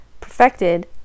perfected